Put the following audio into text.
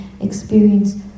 experience